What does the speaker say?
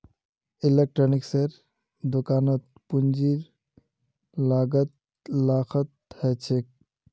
इलेक्ट्रॉनिक्सेर दुकानत पूंजीर लागत लाखत ह छेक